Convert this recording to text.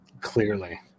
Clearly